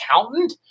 accountant